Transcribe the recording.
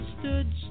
stood